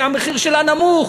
שהמחיר שלה נמוך,